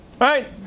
right